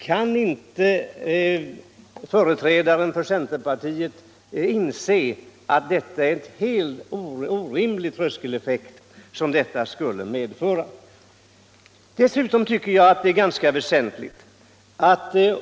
Kan inte företrädare för centerpartiet inse att detta är en helt orimlig tröskeleffekt? Det finns dessutom ytterligare en väsentlig synpunkt.